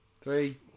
Three